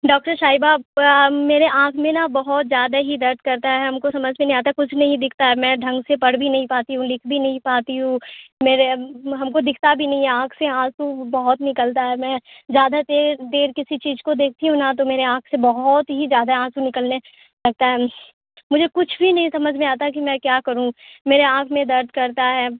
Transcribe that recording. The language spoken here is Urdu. ڈاکٹر صاحبہ میرے آنکھ میں نا بہت زیادہ ہی درد کرتا ہے ہم کو سمجھ میں نہیں آتا کچھ نہیں دکھتا ہے میں ڈھنگ سے پڑھ بھی نہیں پاتی ہوں لکھ بھی نہیں پاتی ہوں میرے ہم کو دکھتا بھی نہیں ہے آنکھ سے آنسو بہت نکلتا ہے میں زیادہ تیر دیر کسی چیز کو دیکھتی ہوں نا تو میرے آنکھ سے بہت ہی زیادہ آنسو نکلنے لگتا ہے مجھے کچھ بھی نہیں سمجھ میں آتا کہ میں کیا کروں میرے آنکھ میں درد کرتا ہے